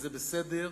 זה בסדר,